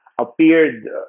appeared